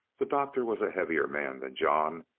the doctor was a heavier man than john,